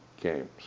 games